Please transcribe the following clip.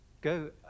go